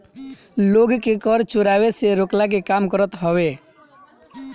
लोग के कर चोरावे से रोकला के काम करत हवे